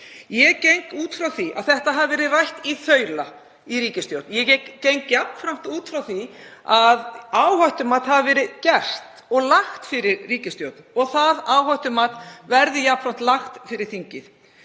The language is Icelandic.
Ég geng út frá því að þetta hafi verið rætt í þaula í ríkisstjórn. Ég geng jafnframt út frá því að áhættumat hafi verið gert og lagt fyrir ríkisstjórn og það áhættumat verði jafnframt lagt fyrir þingið.